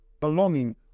belonging